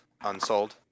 Unsold